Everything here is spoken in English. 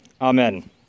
Amen